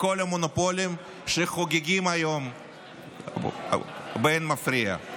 לכל המונופולים שחוגגים היום באין מפריע.